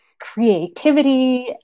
creativity